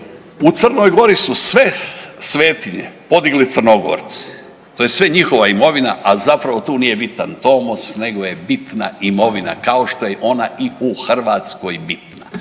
U Crnoj Gori su sve svetinje podigli Crnogorci. To je sve njihova imovina, a zapravo tu nije bitan tomos nego je bitna imovina, kao što je ona i u Hrvatskoj bitna.